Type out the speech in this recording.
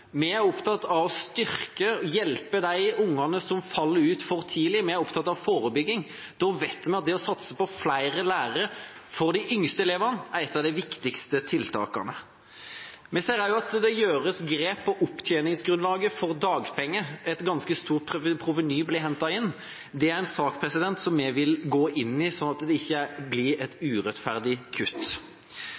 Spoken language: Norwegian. Vi er opptatt av å styrke og hjelpe de ungene som tidlig faller ut. Vi er opptatt av forebygging. Da vet vi at det å satse på flere lærere for de yngste elevene er et av de viktigste tiltakene. Vi ser også at det gjøres grep på opptjeningsgrunnlaget for dagpenger – et ganske stort proveny blir hentet inn. Det er en sak som vi vil gå inn i, så det ikke blir et urettferdig kutt.